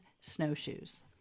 snowshoes